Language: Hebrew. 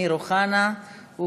עכשיו חבר הכנסת אמיר אוחנה.